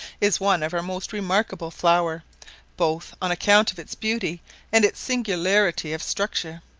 is one of our most remarkable flowers both on account of its beauty and its singularity of structure.